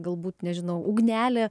galbūt nežinau ugnelė